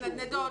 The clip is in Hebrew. מתנדנדות,